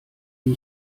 wie